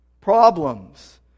problems